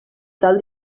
tal